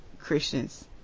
Christians